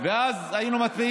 ואז היינו,